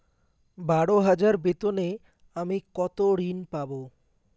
বারো হাজার বেতনে আমি কত ঋন পাব?